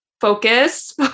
focus